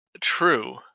true